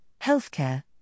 healthcare